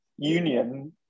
union